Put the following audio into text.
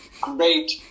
great